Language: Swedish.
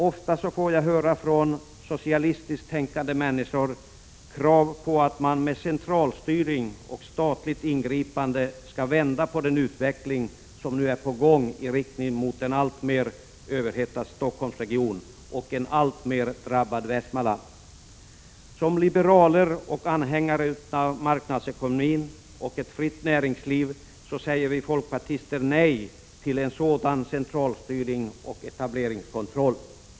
Ofta får jag från socialistiskt tänkande människor höra krav framställas på att man med centralstyrning och statligt ingripande skall vända på den utveckling som är på gång i riktning mot en alltmer överhettad Stockholmsregion och ett alltmer utarmat Västmanland. Som liberaler och anhängare av marknadsekonomin och ett fritt näringsliv säger vi folkpartister nej till en sådan centralstyrning och etableringskontroll.